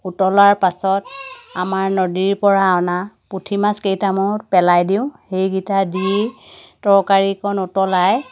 উতলাৰ পাছত আমাৰ নদীৰ পৰা অনা পুঠিমাছ কেইটামান পেলাই দিওঁ সেইকিটা দি তৰকাৰীকণ উতলাই